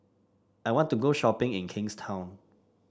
I want to go shopping in Kingstown